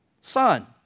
Son